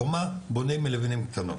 חומה בונים מלבנים קטנות,